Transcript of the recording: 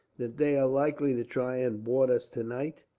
that they are likely to try and board us tonight?